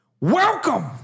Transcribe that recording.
Welcome